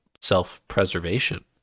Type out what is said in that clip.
self-preservation